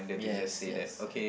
yes yes ya